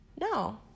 No